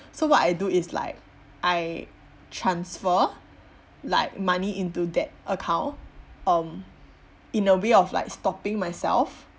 so what I do is like I transfer like money into that account um in a way of like stopping myself